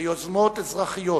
ביוזמות אזרחיות,